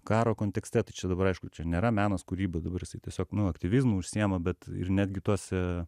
karo kontekste tai čia dabar aišku čia nėra menas kūryba dabar jisai tiesiog nu aktyvizmu užsiima bet ir netgi tuose